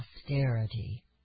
posterity